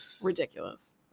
ridiculous